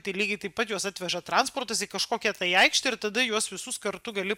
tai lygiai taip pat juos atveža transportas į kažkokią tai aikštę ir tada juos visus kartu gali